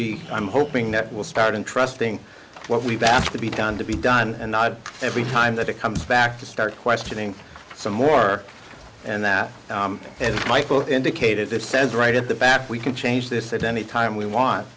be i'm hoping that will start in trusting what we've asked to be done to be done and not every time that it comes back to start questioning some more and that has indicated that says right at the back we can change this at any time we want